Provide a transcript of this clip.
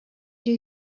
you